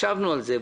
ישבנו על זה,